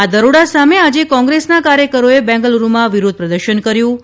આ દરોડા સામે આજે કોંગ્રેસના કાર્યકરોએ બેંગલુરૂમાં વિરોધ પ્રદર્શન કર્યું હતું